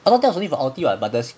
I thought that is only for ulti [what] but the